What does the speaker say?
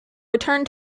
returned